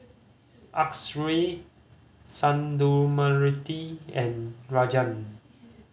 Akshay Sundramoorthy and Rajan